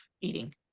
eating